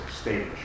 stage